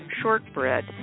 Shortbread